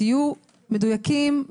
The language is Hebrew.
תהיו מדויקים,